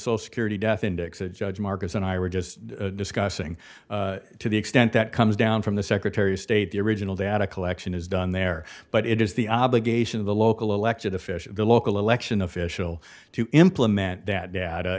all security death index a judge marcus and i were just discussing to the extent that comes down from the secretary state the original data collection is done there but it is the obligation of the local elected official the local election official to implement that data